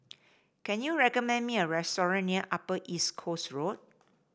can you recommend me a restaurant near Upper East Coast Road